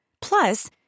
Plus